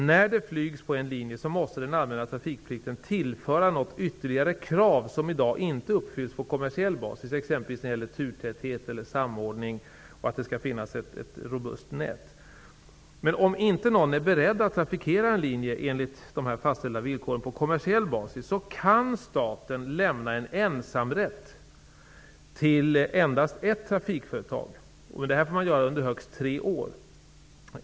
När det flygs på en linje måste den allmänna trafikplikten tillföra något ytterligare krav som inte uppfylls i dag på kommersiell basis, t.ex. när det gäller turtäthet, samordning och att det skall finnas ett robust nät. Om ingen är beredd att trafikera en linje på kommersiell basis enligt de fastställda villkoren kan staten lämna en ensamrätt till endast ett trafikföretag. Det får man göra under högst tre år.